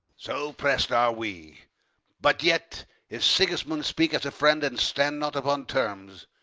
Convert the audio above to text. so prest are we but yet if sigismund speak as a friend, and stand not upon terms,